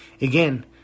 Again